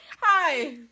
Hi